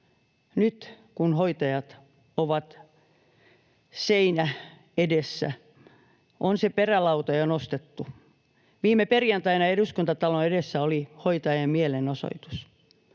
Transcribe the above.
nyt kun hoitajat ovat seinä edessä, on se perälauta jo nostettu. Viime perjantaina Eduskuntatalon edessä oli hoitajien mielenosoitus.